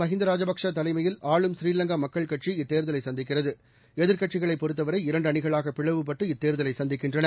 மஹிந்த ராஜபக்சே தலைமையில் ஆளும் ஸ்ரீவங்கா மக்கள் கட்சி இத்தேர்தலை சந்திக்கிறது எதிர்க்கட்சிகளை பொறுத்தவரை இரண்டு அணிகளாக பிளவுபட்டு இத்தேர்தலை சந்திக்கின்றன